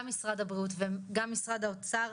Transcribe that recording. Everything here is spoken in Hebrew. גם משרד הבריאות וגם משרד האוצר,